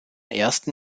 ersten